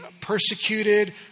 persecuted